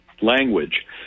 language